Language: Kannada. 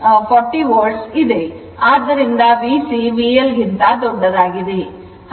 ಆದ್ದರಿಂದ VC VL ಗಿಂತ ದೊಡ್ಡದಾಗಿದೆ